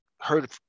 heard